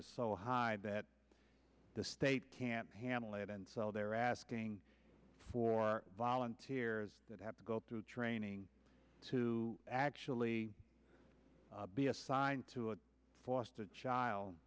is so high that the state can't handle it and so they're asking for volunteers that have to go through training to actually be assigned to a foster child